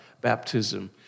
baptism